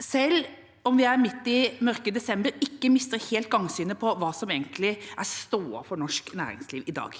selv om vi er midt i mørke desember, ikke mister helt gangsynet på hva som egentlig er stoda i norsk næringsliv i dag.